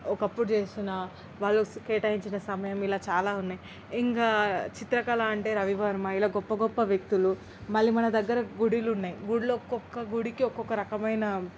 ఒకప్పుడు చేస్తున్న వాళ్ళు కేటాయించిన సమయం ఇలా చాలా ఉన్నాయి ఇంకా చిత్రకళ అంటే రవి వర్మ ఇలా గొప్ప గొప్ప వ్యక్తులు మళ్ళీ మన దగ్గర గుడులు ఉన్నాయి గుడిలో ఒక్కొక్క గుడికి ఒక్కొక్క రకమైన